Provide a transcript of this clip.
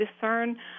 discern